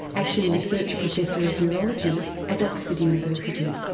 action research professor of neurology at oxford university.